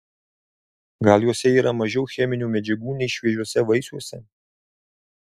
gal juose yra mažiau cheminių medžiagų nei šviežiuose vaisiuose